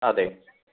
അതെ